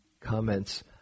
comments